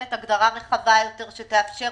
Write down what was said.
נותנת הגדרה רחבה יותר שתאפשר